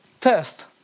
test